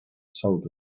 salt